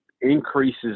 increases